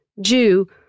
Jew